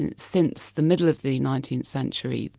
and since the middle of the nineteenth century,